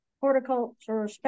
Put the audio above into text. horticulture